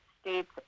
States